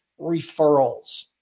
referrals